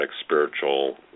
spiritual